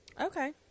Okay